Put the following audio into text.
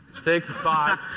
six, five.